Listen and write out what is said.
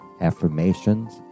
affirmations